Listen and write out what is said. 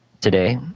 today